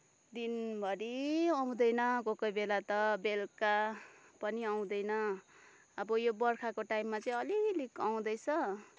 दिनभरि आउँदैन कोही कोही बेला त बेलुका पनि आउँदैन अब यो बर्खाको टाइममा चाहिँ अलि अलि आउँदैछ